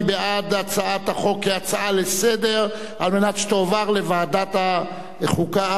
מי בעד הצעת החוק כהצעה לסדר-היום כדי שתועבר לוועדת החוקה,